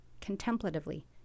contemplatively